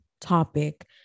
topic